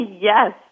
yes